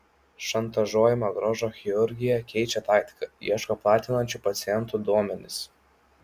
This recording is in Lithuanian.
šantažuojama grožio chirurgija keičia taktiką ieško platinančių pacientų duomenis